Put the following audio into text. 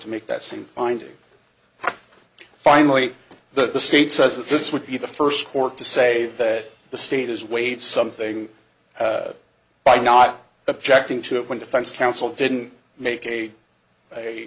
to make that same finding finally the state says that this would be the first court to say that the state has waived something by not objecting to it when defense counsel didn't make a a